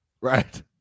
Right